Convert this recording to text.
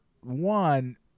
one